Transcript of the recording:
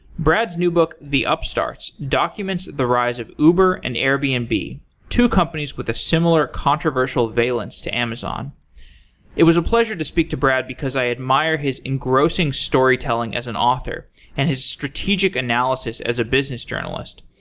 brad's new book, the upstarts, documents the rise of uber and airbnb, two companies with a similar controversial valance to amazon it was a pleasure to speak to brad, because i admire his engrossing storytelling as an author and his strategic analysis as a business journalist.